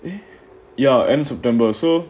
ya end september so